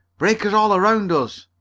breakers all around us!